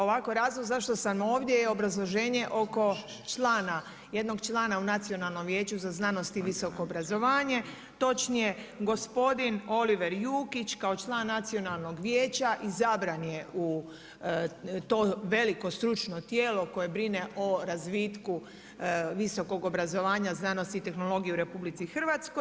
Ovako, razlog zašto sam ovdje je obrazloženje oko člana, jednog člana u Nacionalnom vijeću za znanost i visoko obrazovanje, točnije gospodin Oliver Jukić, kao član Nacionalnog vijeća izabran je u to veliko stručno tijelo koje brine o razvitku visokog obrazovanja znanosti i tehnologije u Republici Hrvatskoj.